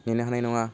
नेनो हानाय नङा